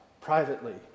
privately